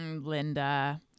Linda